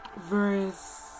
verse